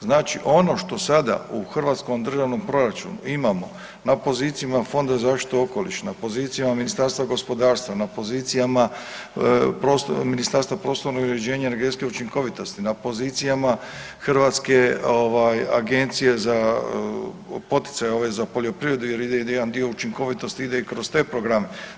Znači ono što sada u hrvatskom državnom proračunu imamo na pozicijama Fonda za zaštitu okoliša, na pozicijama Ministarstva gospodarstva, na pozicijama Ministarstva prostornog uređenja i energetske učinkovitosti, na pozicijama Hrvatske ovaj agencije za poticaje ove za poljoprivredu jer ide i jedan dio učinkovitosti ide i kroz te programe.